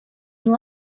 nur